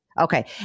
Okay